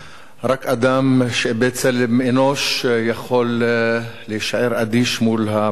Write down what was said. רק אדם שאיבד צלם אנוש יכול להישאר אדיש מול המחזות